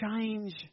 change